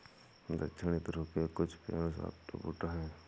दक्षिणी ध्रुव के कुछ पेड़ सॉफ्टवुड हैं